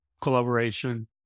collaboration